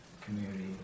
community